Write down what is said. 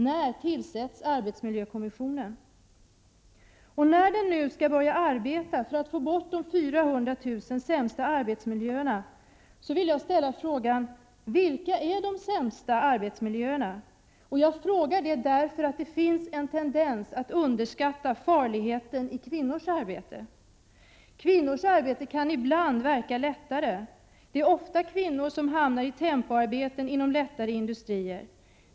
När tillsätts arbetsmiljökommissionen? Innan arbetsmiljökommissionen börjar arbeta för att få bort de 400 000 sämsta arbetsmiljöerna vill jag ställa frågan: Vilka är de sämsta arbetsmiljöerna? Jag frågar det därför att det finns en tendens att underskatta farligheten i kvinnors arbete. Kvinnors arbete kan ibland verka lättare. Det är ofta kvinnor som hamnar i tempoarbete på lättare industrier.